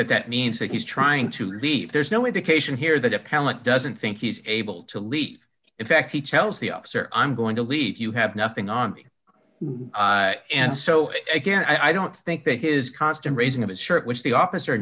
that that means that he's trying to leave there's no indication here that appellant doesn't think he's able to leave in fact he tells the officer i'm going to leave you have nothing on me and so again i don't think that his constant raising of his shirt which the officer